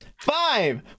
Five